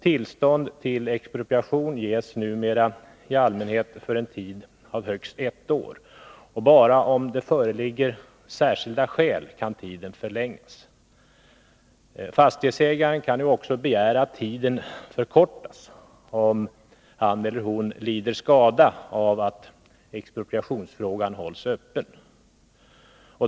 Tillstånd till expropriation ges numera i allmänhet för en tid av högst ett år. Bara om det föreligger särskilda skäl kan tiden förlängas. Fastighetsägaren kan också begära att tiden förkortas, om han eller hon lider skada av att expropriationsfrågan hålls öppen.